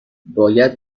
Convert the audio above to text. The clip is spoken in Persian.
باید